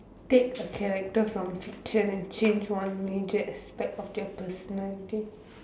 take a character from fiction and change one major aspect of their personality